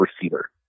receiver